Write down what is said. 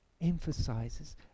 emphasizes